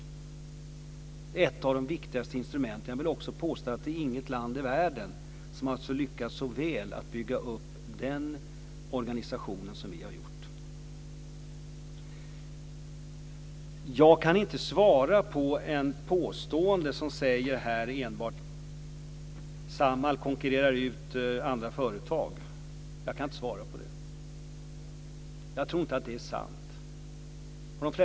Det är ett av de viktigaste instrumenten. Jag vill också påstå att inget land i världen har lyckats så väl med att bygga upp den organisationen som vi har gjort. Jag kan inte svara på ett enkelt påstående att Samhall konkurrerar ut andra företag. Jag tror inte att det är sant.